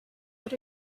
what